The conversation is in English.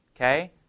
Okay